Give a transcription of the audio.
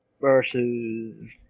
versus